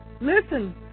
listen